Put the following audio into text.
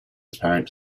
apparent